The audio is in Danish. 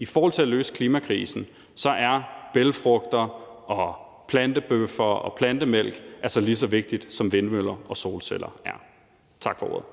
i forhold til at løse klimakrisen er bælgfrugter og plantebøffer og plantemælk altså lige så vigtigt, som vindmøller og solceller er. Tak for ordet.